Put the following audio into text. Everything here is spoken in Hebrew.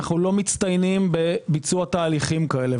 איננו מצטיינים בביצוע תהליכים כאלה,